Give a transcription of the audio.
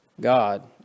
God